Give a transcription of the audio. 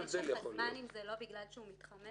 משך הזמן אם זה לא בגלל שהוא מתחמק?